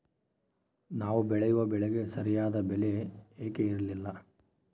ನಾವು ಬೆಳೆಯುವ ಬೆಳೆಗೆ ಸರಿಯಾದ ಬೆಲೆ ಯಾಕೆ ಇರಲ್ಲಾರಿ?